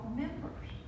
members